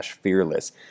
fearless